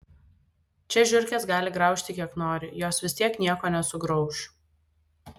čia žiurkės gali graužti kiek nori jos vis tiek nieko nesugrauš